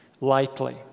lightly